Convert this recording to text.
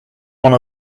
one